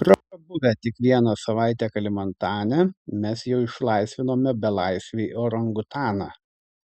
prabuvę tik vieną savaitę kalimantane mes jau išlaisvinome belaisvį orangutaną